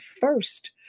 first